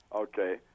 Okay